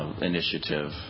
Initiative